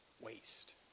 waste